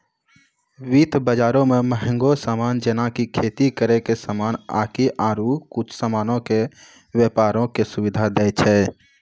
वित्त बजारो मे मंहगो समान जेना कि खेती करै के समान आकि आरु कुछु समानो के व्यपारो के सुविधा दै छै